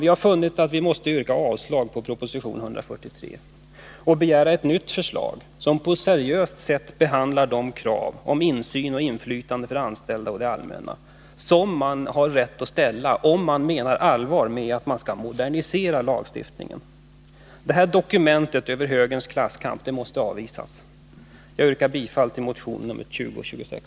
Vi har funnit att vi måste yrka avslag på proposition 143 och begära ett nytt förslag, som på ett seriöst sätt behandlar de krav på insyn och inflytande för de anställda och det allmänna som man har rätt att ställa, om man menar allvar med att man vill modernisera lagstiftningen. Detta dokument över högerns klasskamp måste avvisas. Jag yrkar bifall till motion 2026.